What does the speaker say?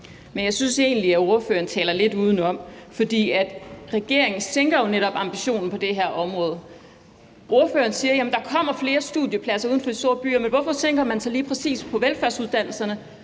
Jeg synes egentlig, at ordføreren taler lidt udenom, for regeringen sænker jo netop ambitionen på det her område. Ordføreren siger, at der kommer flere studiepladser uden for de store byer, men hvorfor sænker man så ambitionen på lige præcis velfærdsuddannelserne,